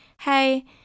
Hey